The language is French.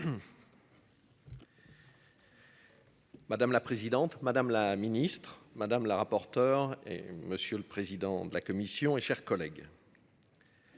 Madame la présidente, madame la ministre madame la rapporteure et monsieur le président de la commission et chers collègues.